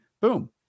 boom